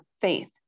faith